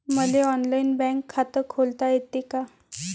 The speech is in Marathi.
मले ऑनलाईन बँक खात खोलता येते का?